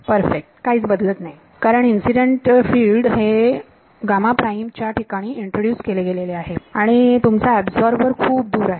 perfect काहीच बदल नाही कारण इन्सिडेंट फिल्ड हे च्या ठिकाणी इंट्रोड्युस केले गेलेले आहे आणि तुमचा अब्सोर्बर खूप दूर आहे